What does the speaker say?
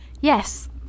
Yes